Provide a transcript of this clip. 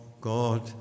God